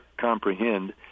comprehend